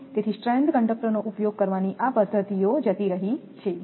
તેથી સ્ટ્રેન્ડ કંડક્ટરનો ઉપયોગ કરવાની આ પદ્ધતિઓ જતી રહી છે